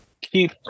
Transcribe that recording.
keep